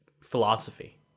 philosophy